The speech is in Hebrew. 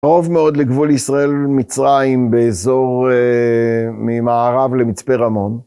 קרוב מאוד לגבול ישראל-מצרים באזור ממערב למצפה רמון.